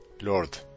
Lord